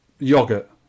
Yogurt